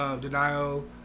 Denial